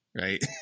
right